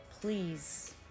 please